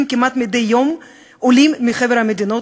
כמעט מדי יום עולים מחבר המדינות,